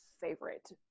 favorite